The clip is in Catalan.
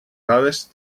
dades